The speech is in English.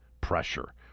pressure